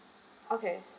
okay